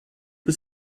was